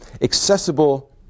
accessible